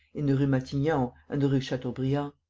in the rue matignon and the rue chateaubriand.